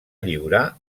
lliurar